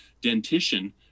dentition